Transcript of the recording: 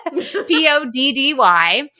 P-O-D-D-Y